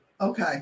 Okay